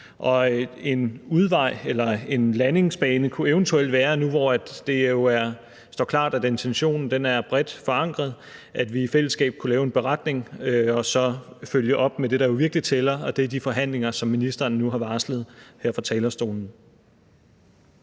en udvej, eller en landingsbane, kunne eventuelt være – nu hvor det står klart, at intentionen er bredt forankret – at vi i fællesskab kunne lave en beretning og så følge op med det, der jo virkelig tæller, og det er de forhandlinger, som ministeren nu har varslet her fra talerstolen.